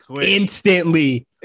instantly